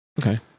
Okay